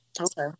Okay